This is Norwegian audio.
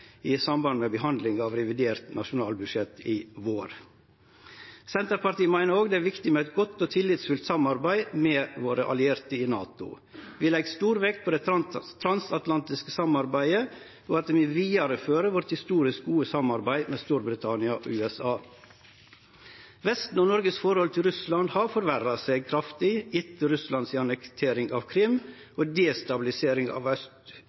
i samband med behandlinga av revidert nasjonalbudsjett til våren. Senterpartiet meiner òg det er viktig med eit godt og tillitsfullt samarbeid med våre allierte i NATO. Vi legg stor vekt på det transatlantiske samarbeidet og at vi fører vidare det historisk gode samarbeidet vårt med Storbritannia og USA. Vesten og Noregs forhold til Russland har forverra seg kraftig etter Russlands annektering av Krim og destabilisering av